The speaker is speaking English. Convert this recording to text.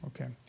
okay